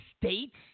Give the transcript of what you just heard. states